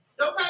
Okay